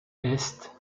est